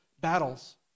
battles